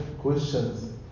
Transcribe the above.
questions